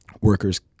workers